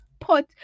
put